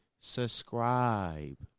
Subscribe